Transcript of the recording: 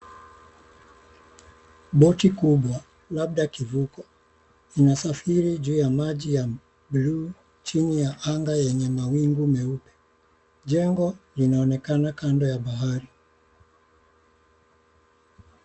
Boti kubwa, labda kivuko, inasafiri juu maji ya bluu chini ya anga yenye mawingu meupe. Jengo linaonekana kando ya bahari.